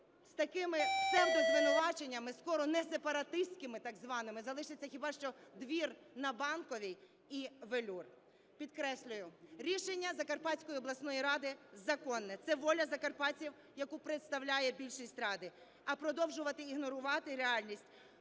з такими псевдозвинуваченнями скоро несепаратистськими так званими, залишиться хіба що двір на Банковій і "Велюр". Підкреслюю, рішення Закарпатської обласної ради – законне. Це воля закарпатців, яку представляє більшість ради. А продовжуючи ігнорувати реальність,